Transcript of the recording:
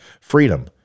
Freedom